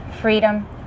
freedom